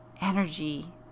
energy